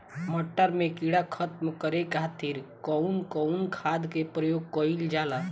मटर में कीड़ा खत्म करे खातीर कउन कउन खाद के प्रयोग कईल जाला?